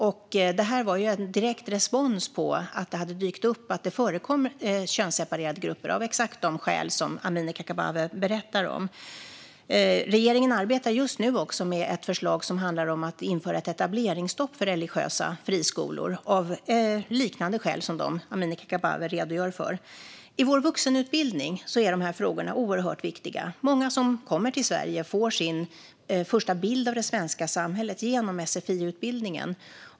Detta gjordes som direkt respons på att det hade dykt upp att det förekom könsseparerade grupper av exakt de skäl som Amineh Kakabaveh berättar om. Regeringen arbetar också just nu med ett förslag om att införa ett etableringsstopp för religiösa friskolor, och det görs av liknande skäl som dem som Amineh Kakabaveh redogör för. I vuxenutbildningen är dessa frågor oerhört viktiga. Många som kommer till Sverige får sin första bild av det svenska samhället genom sfi-utbildningen.